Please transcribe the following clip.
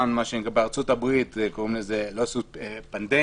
בארצות הברית קוראים לזה פנדמיה,